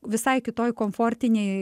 visai kitoj komfortinėj